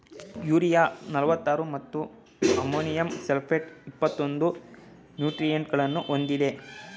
urea ನಲ್ವತ್ತಾರು ಮತ್ತು ammonium sulphate ಇಪ್ಪತ್ತೊಂದು ನ್ಯೂಟ್ರಿಯೆಂಟ್ಸಗಳನ್ನು ಹೊಂದಿದೆ